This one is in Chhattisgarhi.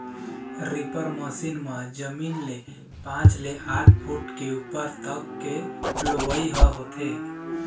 रीपर मसीन म जमीन ले पाँच ले आठ फूट के उप्पर तक के लुवई ह होथे